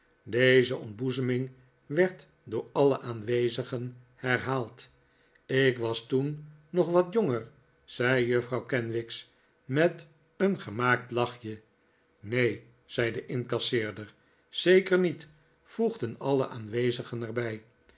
deze ontboezeming werd door alle aanwezigen herhaald ik was toen nog wat jonger zei juffrouw kenwigs met een gemaakt lachje neen zei de incasseerder zeker niet voegden alle aanwezigen er